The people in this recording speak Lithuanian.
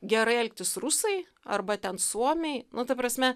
gerai elgtis rusai arba ten suomiai nu ta prasme